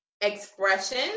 expression